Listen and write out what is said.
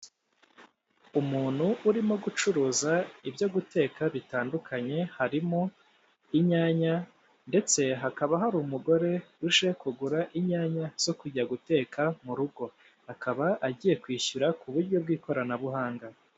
Umuntu urimo gucuruza ibyo guteka bitandukanye harimo inyanya, ndetse hakaba hari umugore, urushaho kugura inyanya zo kujya guteka mu rugo, akaba agiye kwishyura ku buryo bw'ikoranabuhanga.